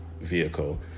vehicle